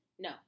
No